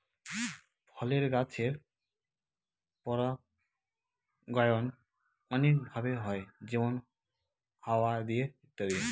ফলের গাছের পরাগায়ন অনেক ভাবে হয় যেমন হাওয়া দিয়ে ইত্যাদি